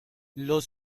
los